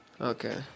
Okay